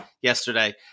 yesterday